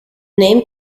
name